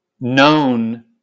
known